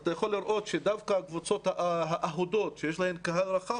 אתה יכול לראות שדווקא הקבוצות האהודות שיש להן קהל רחב,